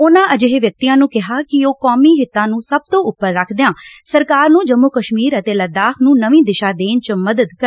ਉਨਾਂ ਅਜਿਹੇ ਵਿਅਕਤੀਆਂ ਨੂੰ ਕਿਹਾ ਕਿ ਉਹ ਕੌਮੀ ਹਿੱਤਾਂ ਨੂੰ ਸਭ ਤੋਂ ਉਪਰ ਰੱਖਦਿਆਂ ਸਰਕਾਰ ਨੂੰ ਜੰਮੁ ਕਸ਼ਮੀਰ ਅਤੇ ਲੱਦਾਖ ਨੂੰ ਨਵੀਂ ਦਿਸ਼ਾ ਦੇਣ ਚ ਮਦਦ ਕਰਨ